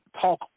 talk